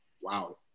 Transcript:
Wow